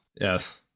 Yes